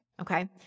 Okay